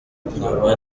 nkaba